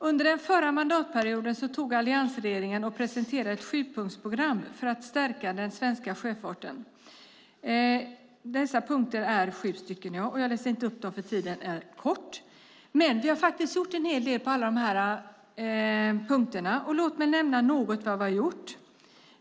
Under den förra mandatperioden presenterade alliansregeringen ett sjupunktsprogram för att stärka den svenska sjöfarten. Dessa punkter är sju, men jag läser inte upp dem nu. Det har faktiskt gjorts en hel del på alla punkterna, och låt mig nämna något.